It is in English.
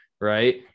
right